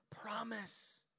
promise